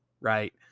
Right